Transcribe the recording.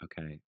okay